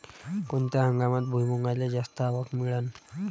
कोनत्या हंगामात भुईमुंगाले जास्त आवक मिळन?